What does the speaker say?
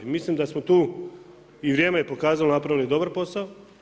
I mislim da smo tu i vrijeme je pokazalo napravili dobar posao.